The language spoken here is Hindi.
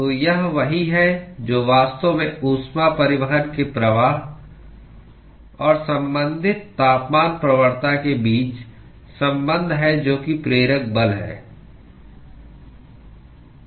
तो यह वही है जो वास्तव में ऊष्मा परिवहन के प्रवाह और संबंधित तापमान प्रवणता के बीच संबंध है जो कि प्रेरक बल है